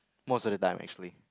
most of the time actually